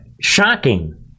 shocking